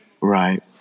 Right